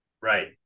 Right